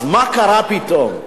אז מה קרה פתאום?